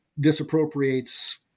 disappropriates